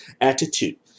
attitude